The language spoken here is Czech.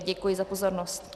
Děkuji za pozornost.